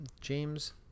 james